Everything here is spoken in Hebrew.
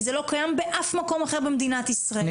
כי זה לא קיים באף מקום אחר במדינת ישראל,